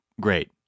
great